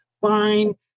fine